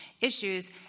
issues